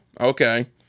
okay